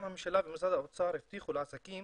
גם הממשלה ומשרד האוצר הבטיחו לעסקים